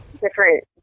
different